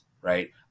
right